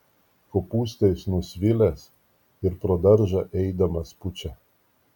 kopūstais nusvilęs ir pro daržą eidamas pučia